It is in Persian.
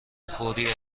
فوری